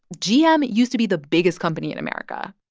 gm used to be the biggest company in america.